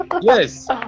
yes